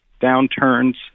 downturns